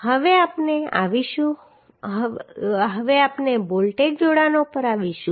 હવે આપણે આવીશું હવે આપણે બોલ્ટેડ જોડાણો પર આવીશું